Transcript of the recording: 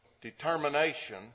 determination